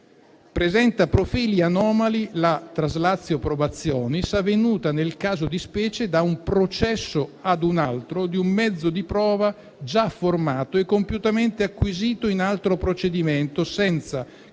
Presenta profili anomali la *translatio probationis* avvenuta, nel caso di specie, da un processo a un altro di un mezzo di prova già formato e compiutamente acquisito in altro procedimento, senza